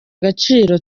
agaciro